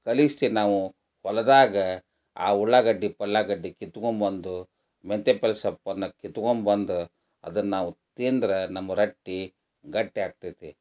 ಕಲಿಸಿ ನಾವು ಹೊಲದಾಗ ಆ ಉಳ್ಳಾಗಡ್ಡಿ ಪಲ್ಲಾಗಡ್ಡಿ ಕಿತ್ಕೊಂಡ್ಬಂದು ಮೆಂತ್ಯೆ ಪಲ್ಲೆ ಸೊಪ್ಪನ್ನು ಕಿತ್ಕೊಂಡ್ಬಂದು ಅದನ್ನ ನಾವು ತಿಂದ್ರೆ ನಮ್ಮ ರಟ್ಟೆ ಗಟ್ಟಿ ಆಗ್ತೈತಿ